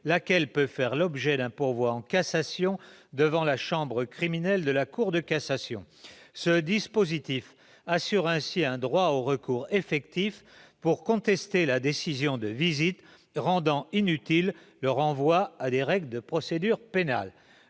d'appel de Paris, puis d'un pourvoi en cassation devant la chambre criminelle de la Cour de cassation. Ce dispositif assure un droit au recours effectif pour contester la décision de visite, ce qui rend inutile le renvoi à des règles de procédure pénale.